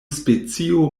specio